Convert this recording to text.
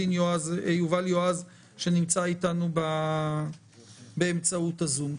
יובל יועז שנמצא אתנו באמצעות הזום.